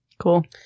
cool